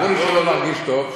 אמרו לי שהוא לא מרגיש טוב.